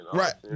right